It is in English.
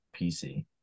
PC